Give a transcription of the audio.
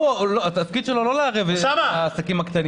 התפקיד שלו לא לערב את העסקים הקטנים.